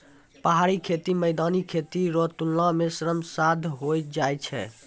पहाड़ी खेती मैदानी खेती रो तुलना मे श्रम साध होय जाय छै